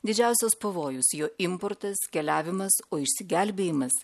didžiausias pavojus jo importas keliavimas o išsigelbėjimas